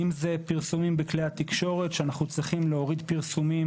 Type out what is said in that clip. אם אלה פרסומים בכלי התקשורת שאנחנו צריכים להוריד פרסומים